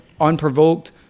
Unprovoked